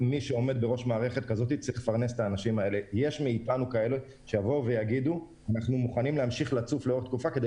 יש מאיתנו כאלה שמוכנהים לצוף לאורך תקופה כדי